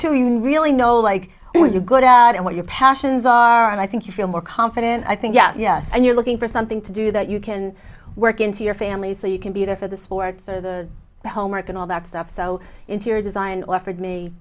know really know like when you go out and what your passions are and i think you feel more confident i think yes yes and you're looking for something to do that you can work into your family so you can be there for the sports or the homework and all that stuff so interior design offered me